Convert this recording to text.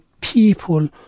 people